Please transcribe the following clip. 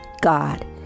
God